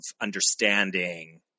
understanding